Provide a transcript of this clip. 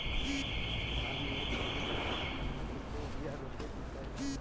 धान मे एक जगही पर कएगो बिया रोपे के चाही?